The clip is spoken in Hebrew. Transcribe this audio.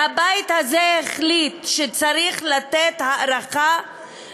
הבית הזה החליט שצריך לתת הארכה